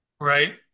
right